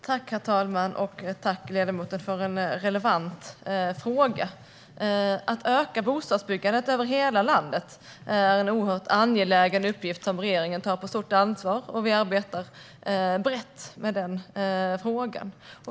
Herr talman! Jag tackar ledamoten för en relevant fråga. Att öka bostadsbyggandet över hela landet är en angelägen uppgift som regeringen tar på stort allvar. Vi arbetar brett med denna fråga.